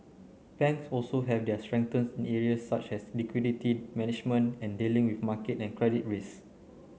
banks also have their strengthen in areas such as liquidity management and dealing with market and credit race